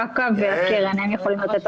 לאכ"א ולקרן יש נתונים והם אלו שיכולים לתת.